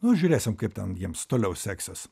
nu žiūrėsim kaip ten jiems toliau seksis